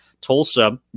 Tulsa